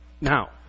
now